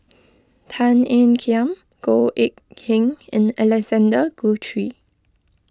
Tan Ean Kiam Goh Eck Kheng and Alexander Guthrie